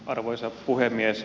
arvoisa puhemies